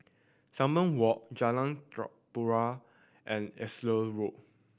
Salam Walk Jalan Tempua and Ellis Road